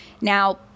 Now